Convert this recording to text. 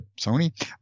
Sony